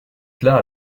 plat